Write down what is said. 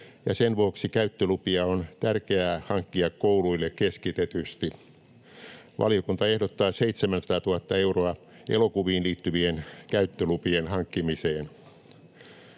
sen vuoksi käyttölupia on tärkeää hankkia kouluille keskitetysti. Valiokunta ehdottaa 700 000 euroa elokuviin liittyvien käyttölupien hankkimiseen.